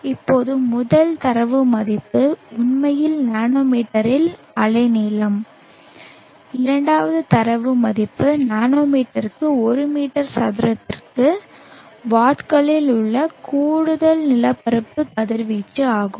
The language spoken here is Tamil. இப்போது முதல் தரவு மதிப்பு உண்மையில் நானோமீட்டரில் அலைநீளம் இரண்டாவது தரவு மதிப்பு நானோமீட்டருக்கு ஒரு மீட்டர் சதுரத்திற்கு வாட்களில் உள்ள கூடுதல் நிலப்பரப்பு கதிர்வீச்சு ஆகும்